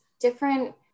different